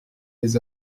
les